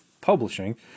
publishing